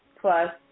plus